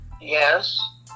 Yes